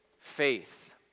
faith